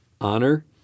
Honor